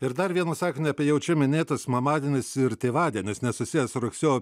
ir dar vieną sakinį apie jau čia minėtus mamadienius ir tėvadienius nesusiję su rugsėjo